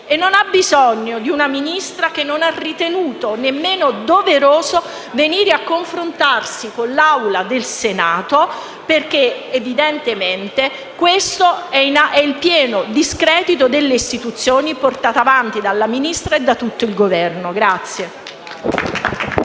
Non ha bisogno di una Ministra che non ha ritenuto neanche doveroso venire a confrontarsi con l'Assemblea del Senato. Evidentemente, questo è il pieno discredito delle istituzioni portato avanti dalla Ministra e da tutto il Governo.